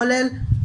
כולל